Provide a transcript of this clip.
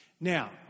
Now